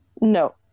No